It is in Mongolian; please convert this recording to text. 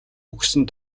өгсөн